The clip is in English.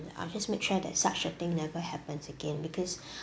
I'll make sure that such a thing never happens again because